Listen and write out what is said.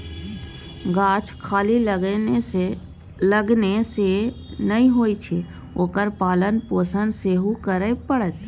गाछ खाली लगेने सँ नै होए छै ओकर पालन पोषण सेहो करय पड़तै